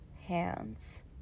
hands